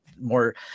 More